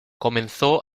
comenzó